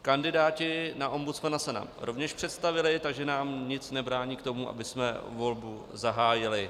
Kandidáti na ombudsmana se nám rovněž představili, takže nic nebrání tomu, abychom volbu zahájili.